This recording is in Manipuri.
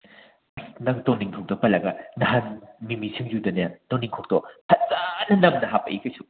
ꯅꯪ ꯇꯨꯅꯤꯡꯈꯣꯛꯇꯣ ꯄꯜꯂꯒ ꯅꯍꯥꯟ ꯃꯤꯃꯤ ꯁꯤꯡꯖꯨꯗꯅꯦ ꯇꯨꯅꯤꯡꯈꯣꯛꯇꯣ ꯐꯖꯅ ꯅꯝꯅ ꯍꯥꯄꯛꯏ ꯀꯩꯁꯨ